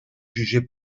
juger